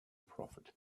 prophet